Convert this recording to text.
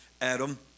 Adam